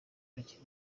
bakiri